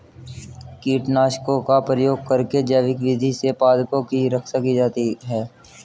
कीटनाशकों का प्रयोग करके जैविक विधि से पादपों की रक्षा की जाती है